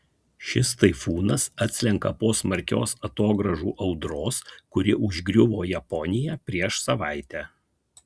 šis taifūnas atslenka po smarkios atogrąžų audros kuri užgriuvo japoniją prieš savaitę